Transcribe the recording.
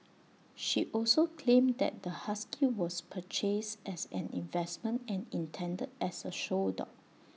she also claimed that the husky was purchased as an investment and intended as A show dog